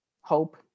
hope